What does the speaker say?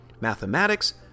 Mathematics